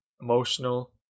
emotional